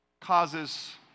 causes